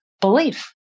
belief